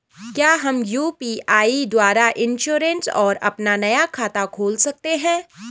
क्या हम यु.पी.आई द्वारा इन्श्योरेंस और अपना नया खाता खोल सकते हैं?